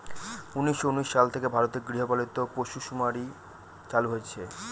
উনিশশো উনিশ সাল থেকে ভারতে গৃহপালিত পশুসুমারী চালু হয়েছে